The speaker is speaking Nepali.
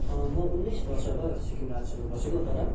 म उन्नाइस वर्ष भयो सिक्किम राज्यमा बसेको तर